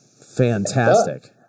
Fantastic